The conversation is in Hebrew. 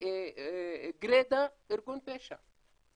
זה גרידא ארגון פשע.